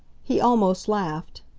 he almost laughed.